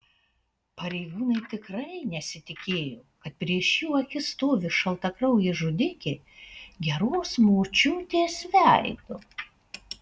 pareigūnai tikrai nesitikėjo kad prieš jų akis stovi šaltakraujė žudikė geros močiutės veidu